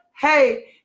hey